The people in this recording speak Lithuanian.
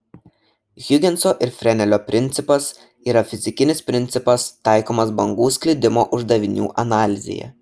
hiugenso ir frenelio principas yra fizikinis principas taikomas bangų sklidimo uždavinių analizėje